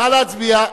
נא להצביע.